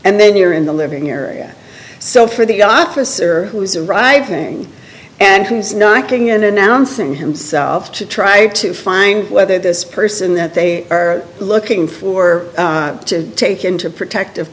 and then you're in the living area so for the officer who is arriving and who's knocking and announcing himself to try to find out whether this person that they are looking for to take into protective